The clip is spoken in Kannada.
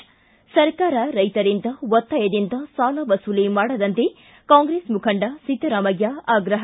ಿ ಸರ್ಕಾರ ರೈತರಿಂದ ಒತ್ತಾಯದಿಂದ ಸಾಲ ವಸೂಲಿ ಮಾಡದಂತೆ ಕಾಂಗ್ರೆಸ್ ಮುಖಂಡ ಸಿದ್ದರಾಮಯ್ಯ ಆಗ್ರಪ